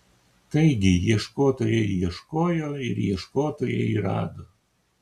taigi ieškotojai ieškojo ir ieškotojai rado